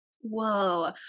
Whoa